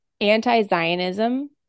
Anti-Zionism